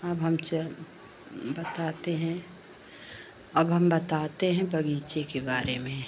अब हम च बताते हैं अब हम बताते हैं बगीचे के बारे में